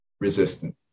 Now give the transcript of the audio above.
resistant